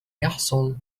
يحصل